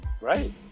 right